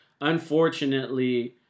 unfortunately